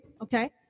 okay